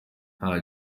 nta